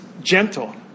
Gentle